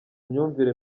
myumvire